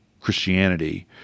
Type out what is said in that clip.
Christianity